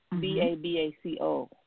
B-A-B-A-C-O